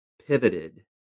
pivoted